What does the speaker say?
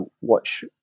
watch